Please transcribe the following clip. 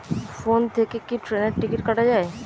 Phone থেকে কি ট্রেনের টিকিট কাটা য়ায়?